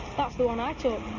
that's the one i took.